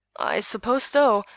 i suppose so,